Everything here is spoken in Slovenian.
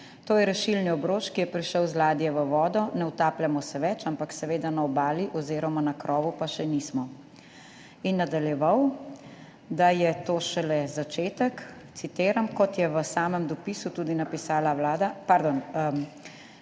To je rešilni obroč, ki je prišel z ladje v vodo. Ne utapljamo se več, ampak seveda na obali oz. na krovu pa še nismo.« In je nadaljeval, da je to šele začetek, citiram: »Kot je v samem dopisu tudi napisala vlada …«, pardon,